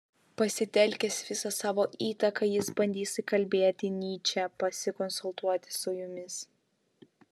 pasitelkęs visą savo įtaką jis bandys įkalbėti nyčę pasikonsultuoti su jumis